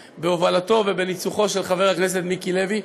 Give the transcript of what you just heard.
בהובלתו ובניצוחו של חבר הכנסת מיקי לוי,